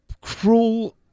Cruel